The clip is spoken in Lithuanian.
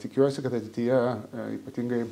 tikiuosi kad ateityje ypatingai